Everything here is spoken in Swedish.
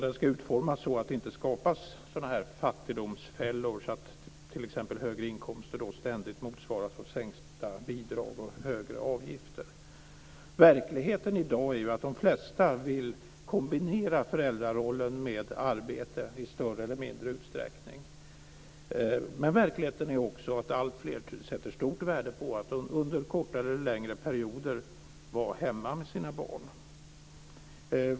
Den ska utformas så att det inte skapas sådana här fattigdomsfällor, så att t.ex. högre inkomster ständigt motsvaras av sänkta bidrag och högre avgifter. I dag är verkligheten att de flesta vill kombinera föräldrarollen med arbete i större eller mindre utsträckning. Men verkligheten är också att alltfler sätter ett stort värde på att under kortare eller längre perioder vara hemma med sina barn.